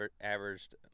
averaged